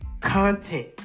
content